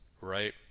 right